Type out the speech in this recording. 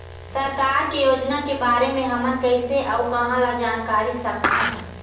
सरकार के योजना के बारे म हमन कैसे अऊ कहां ल जानकारी सकथन?